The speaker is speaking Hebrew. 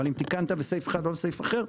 אבל אם תיקנת בסעיף אחד ולא בסעיף אחר,